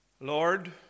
Lord